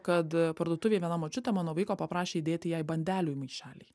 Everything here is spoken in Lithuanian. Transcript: kad parduotuvėj viena močiutė mano vaiko paprašė įdėti jai bandelių maišelį